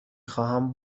خواهم